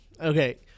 Okay